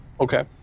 Okay